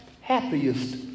happiest